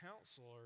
counselor